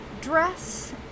dress